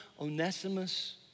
Onesimus